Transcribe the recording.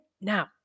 Now